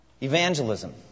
evangelism